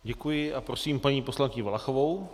Děkuji a prosím paní poslankyni Valachovou.